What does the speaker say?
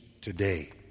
today